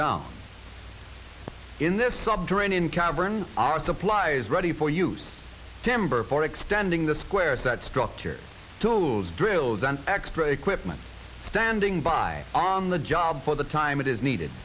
down in this sub drain in caverns our supplier is ready for use timber for extending the squares that structure tools drills and extra equipment standing by on the job for the time it is needed